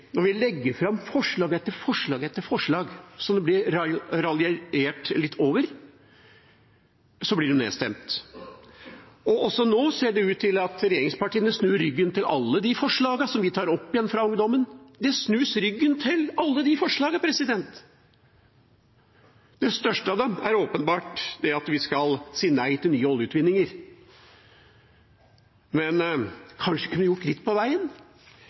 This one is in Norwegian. når vi legger fram forslag etter forslag etter forslag, som det blir raljert litt over, blir de nedstemt. Også nå ser det ut til at regjeringspartiene snur ryggen til alle forslagene vi tar opp igjen fra ungdommen. Alle forslagene snus ryggen til. Det største av dem er åpenbart at vi skal si nei til nye oljeutvinninger. Men kanskje vi kunne gjort litt på veien?